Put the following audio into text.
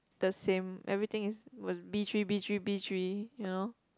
the same everything is was b-three b-three b-three you know